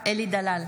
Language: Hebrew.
אינה נוכחת אלי דלל,